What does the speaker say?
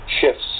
shifts